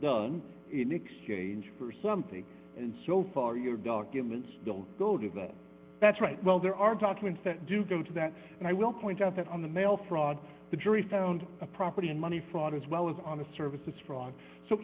done in exchange for something and so far your documents don't go to that's right well there are documents that do go to that and i will point out that on the mail fraud the jury found a property in money fraud as well as on the services fr